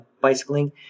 bicycling